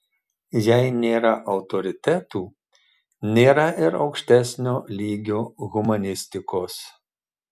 jei nėra autoritetų nėra ir aukštesnio lygio humanistikos